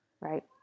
right